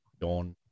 dawn